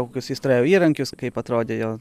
kokius jis turėjo įrankius kaip atrodė jo